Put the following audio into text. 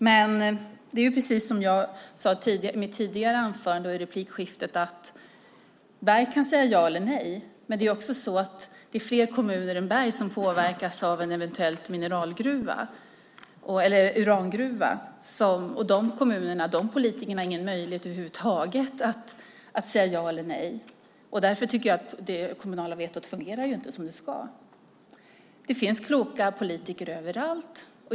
Men det är precis som jag sade i mitt tidigare anförande och i replikskiftet att Berg kan säga ja eller nej, men det är fler kommuner än Berg som påverkas av en eventuell urangruva. Politikerna i de kommunerna har ingen möjlighet över huvud taget att säga ja eller nej. Därför tycker jag att det kommunala vetot inte fungerar som det ska. Det finns kloka politiker överallt.